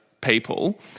people